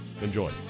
enjoy